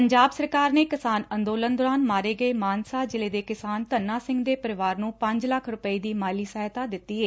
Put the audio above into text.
ਪੰਜਾਬ ਸਰਕਾਰ ਨੇ ਕਿਸਾਨ ਅੰਦੋਲਨ ਦੌਰਾਨ ਮਾਰੇ ਗਏ ਮਾਨਸਾ ਜਿਲ੍ਹੇ ਦੇ ਕਿਸਾਨ ਧੰਨਾ ਸਿੰਘ ਦੇ ਪਰਿਵਾਰ ਨੂੰ ਪੰਜ ਲੱਖ ਰੁਪਏ ਦੀ ਮਾਲੀ ਸਹਾਇਤਾ ਦਿੱਤੀ ਏ